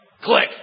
Click